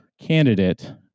candidate